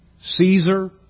Caesar